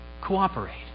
cooperate